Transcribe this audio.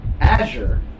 Azure